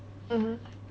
mmhmm